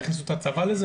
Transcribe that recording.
יכניסו לזה את הצבא?